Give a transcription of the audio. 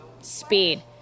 speed